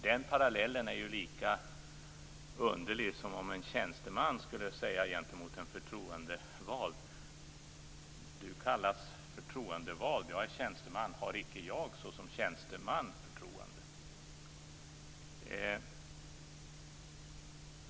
Den parallellen är lika underlig som om en tjänsteman skulle säga till en förtroendevald: Du kallas förtroendevald, men har icke jag såsom tjänsteman förtroende?